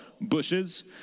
bushes